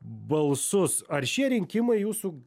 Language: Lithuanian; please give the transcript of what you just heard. balsus ar šie rinkimai jūsų